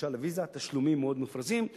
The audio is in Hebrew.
דרישה לוויזה מהצד השני ותשלומים מופרזים מאוד,